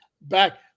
back